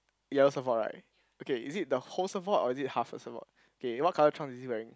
yellow surfboard right okay is it the whole surfboard or is it half the surfboard okay what colour trunks is he wearing